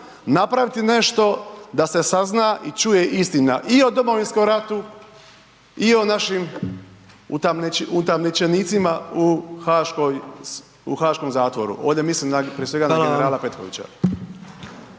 napraviti nešto da se sazna i čuje istina i o Domovinskom ratu i o našim utamničenicima u haškom zatvoru. Ovdje mislim prije svega na generala Petkovića.